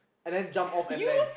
and then jump off and land